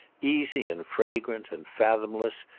easy and fragrant and fathomless,